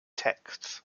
texts